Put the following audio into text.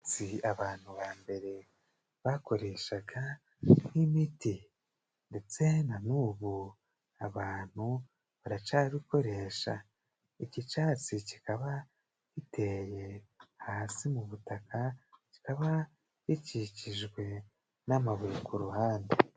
Abantu ba mbere bakoreshaga nk'ibiti ndetse na n'ubu abantu baracyabikoresha. Iki cyatsi kikaba giteye hasi mu butaka kikaba gikikijwe n'amabuye ku ruhande.